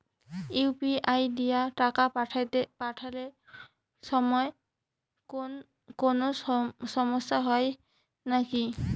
UPI দিয়া টাকা পাঠের সময় কোনো সমস্যা হয় নাকি?